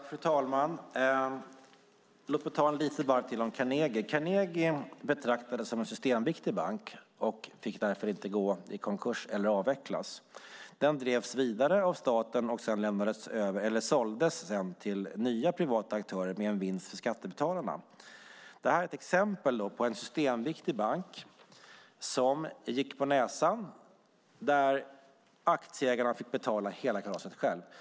Fru talman! Jag vill säga några ord till om Carnegie. Carnegie betraktades som en systemviktig bank och fick därför inte gå i konkurs eller avvecklas. Den drevs vidare av staten och såldes sedan till nya privata aktörer med en vinst för skattebetalarna. Det är exempel på en systemviktig bank som gick på näsan och där aktieägarna fick betala hela kalaset själva.